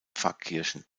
pfarrkirchen